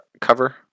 cover